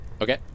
Okay